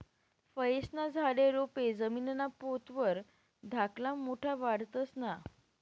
फयेस्ना झाडे, रोपे जमीनना पोत वर धाकला मोठा वाढतंस ना?